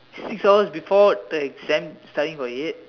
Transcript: six hours before the exam studying for it